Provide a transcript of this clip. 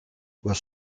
were